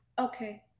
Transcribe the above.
Okay